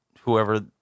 whoever